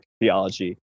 theology